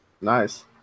Nice